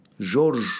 George